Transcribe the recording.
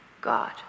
God